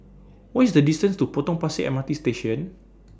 What IS The distance to Potong Pasir M R T Station